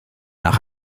nach